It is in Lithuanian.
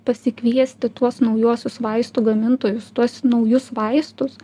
pasikviesti tuos naujuosius vaistų gamintojus tuos naujus vaistus